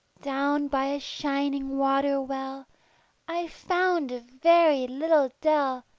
down by a shining water well i found a very little dell,